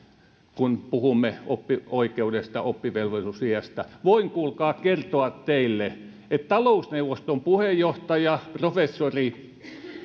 kun puhumme oppioikeudesta oppivelvollisuusiästä voin kuulkaa kertoa teille että talousneuvoston puheenjohtaja professori